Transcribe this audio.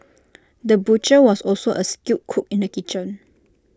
the butcher was also A skilled cook in the kitchen